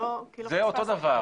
זה אותו הדבר.